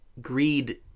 greed